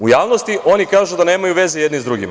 U javnosti oni kažu da nemaju veze jedni s drugima.